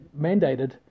mandated